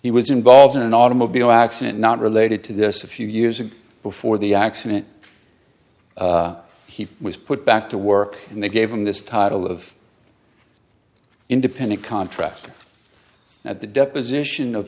he was involved in an automobile accident not related to this a few years ago before the accident he was put back to work and they gave him this title of independent contractor at the deposition of